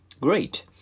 Great